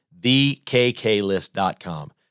Thekklist.com